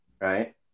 right